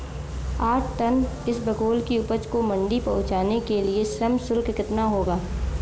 आठ टन इसबगोल की उपज को मंडी पहुंचाने के लिए श्रम शुल्क कितना होगा?